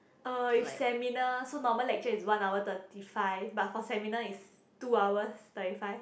uh is seminar so normal lecture is one hour thirty five but for seminar is two hours thirty five